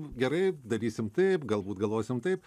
gerai darysim taip galbūt galvosim taip